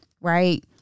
Right